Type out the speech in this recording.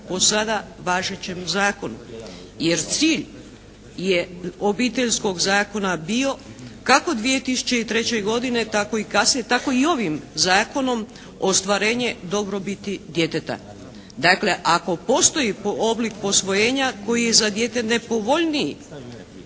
po sada važećem zakonu, jer cilj je Obiteljskog zakona bio kako 2003. godine, tako i kasnije, tako i ovim Zakonom ostvarenje dobrobiti djeteta. Dakle ako postoji oblik posvojenja koji je za dijete nepovoljniji